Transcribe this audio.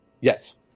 Yes